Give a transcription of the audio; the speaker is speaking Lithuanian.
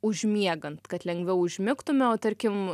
užmiegant kad lengviau užmigtume o tarkim